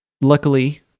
Luckily